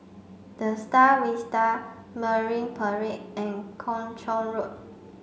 The Star Vista Marine Parade and Kung Chong Road